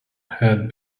had